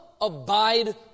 Abide